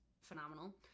phenomenal